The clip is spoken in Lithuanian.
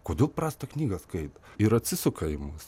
kodėl prastą knygą skaito ir atsisuka į mus